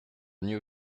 new